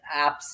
apps